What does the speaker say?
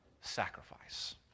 Sacrifice